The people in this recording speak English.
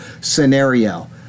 scenario